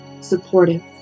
supportive